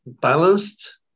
balanced